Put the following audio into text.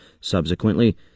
subsequently